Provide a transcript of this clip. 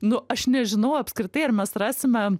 nu aš nežinau apskritai ar mes rasime